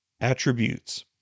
attributes